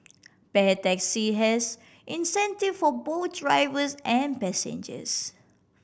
Pair Taxi has incentive for both drivers and passengers